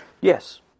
Yes